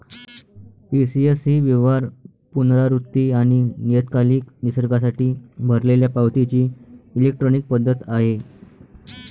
ECS ही व्यवहार, पुनरावृत्ती आणि नियतकालिक निसर्गासाठी भरलेल्या पावतीची इलेक्ट्रॉनिक पद्धत आहे